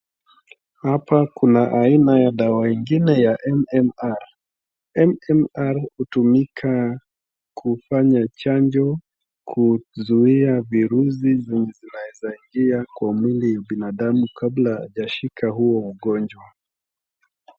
Hapa kuna aina ya dawa ingine ya M-M-R . M-M-R hutumika kufanya chanjo, kuzuia virusi zenye zinaezaingia kwa mwili wa binadamu kabla hajashika hio ugonjwa.